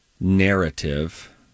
narrative